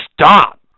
stop